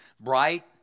Bright